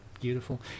Beautiful